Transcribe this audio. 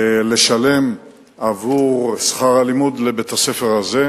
לשלם עבור שכר הלימוד לבית הספר הזה,